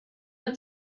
that